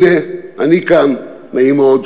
הנה, אני כאן, נעים מאוד.